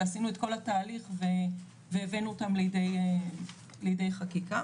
עשינו את כל התהליך והבנו אותם ליידי חקיקה